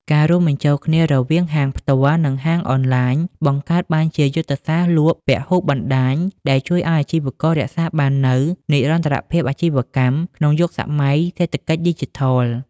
ការរួមបញ្ចូលគ្នារវាង ហាងផ្ទាល់ និង ហាងអនឡាញ បង្កើតបានជាយុទ្ធសាស្ត្រលក់ពហុបណ្ដាញ ដែលជួយឱ្យអាជីវកររក្សាបាននូវ និរន្តរភាពអាជីវកម្ម ក្នុងយុគសម័យសេដ្ឋកិច្ចឌីជីថល។